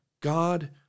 God